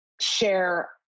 share